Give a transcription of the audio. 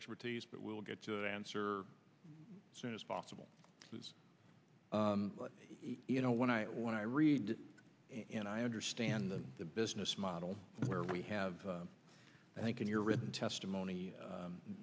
expertise but we'll get to answer soon as possible because you know when i when i read and i understand the business model where we have i think in your written testimony